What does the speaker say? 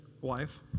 wife